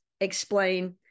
explain